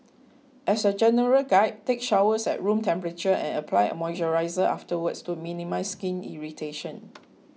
as a general guide take showers at room temperature and apply moisturiser afterwards to minimise skin irritation